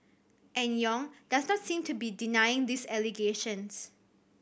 and Yong does not seem to be denying these allegations